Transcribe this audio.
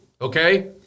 Okay